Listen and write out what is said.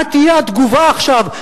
מה תהיה התגובה עכשיו?